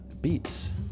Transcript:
Beats